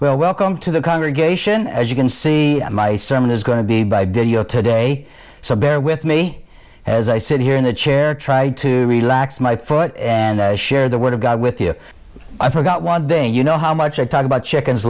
well welcome to the congregation as you can see my sermon is going to be by video today so bear with me as i sit here in the chair try to relax my foot and share the word of god with you i forgot one day you know how much i talk about chickens